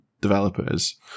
developers